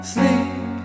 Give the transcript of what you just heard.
Sleep